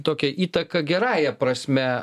tokią įtaką gerąja prasme